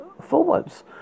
forwards